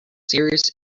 serious